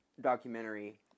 documentary